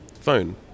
phone